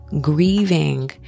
grieving